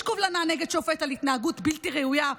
קובלנה נגד שופט על התנהגות בלתי ראויה.